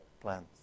plans